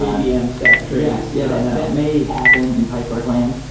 yeah um stack trace yeah may happen in pyspark land.